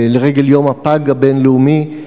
לרגל יום הפג הבין-לאומי,